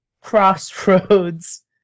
crossroads